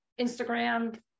instagram